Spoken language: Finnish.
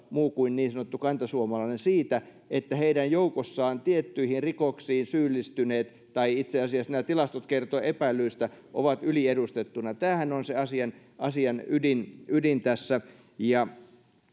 muu kansalaisuustausta kuin niin sanottu kantasuomalainen siitä että heidän joukossaan tiettyihin rikoksiin syyllistyneet tai itse asiassa nämä tilastot kertovat epäillyistä ovat yliedustettuina tämähän on se asian asian ydin ydin tässä